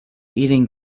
eating